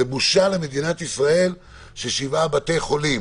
זו בושה למדינת ישראל ששבעה בתי חולים